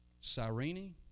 Cyrene